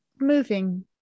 moving